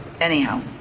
anyhow